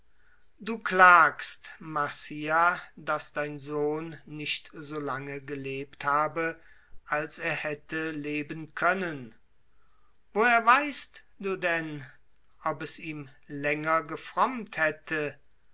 du klagst marcia daß dein sohn nicht so lange gelebt habe als er hätte leben können woher du denn ob es ihm länger gefrommt hätte